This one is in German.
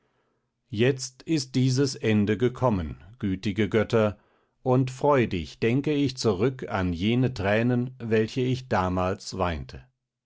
jetzt ist dieses ende gekommen gütige götter und freudig denke ich zurück an jene thränen welche ich damals weinte